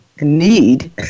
need